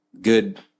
good